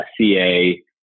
CA